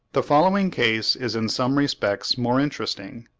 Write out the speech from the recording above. the following case is in some respects more interesting.